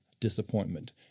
disappointment